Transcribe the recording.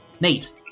Nate